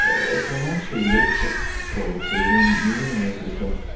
if one actually looks at poetry, one realizes that,